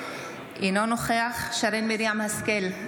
אינו נוכח שרן מרים השכל,